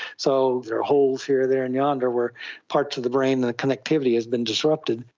so there are holes here, there and yonder where parts of the brain, the connectivity has been disrupted.